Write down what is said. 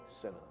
sinner